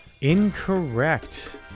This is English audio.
Incorrect